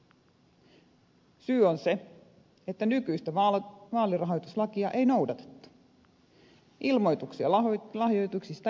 syy on se että nykyistä vaalirahoituslakia ei noudatettu ilmoituksia lahjoituksista ei tehty